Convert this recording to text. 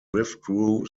withdrew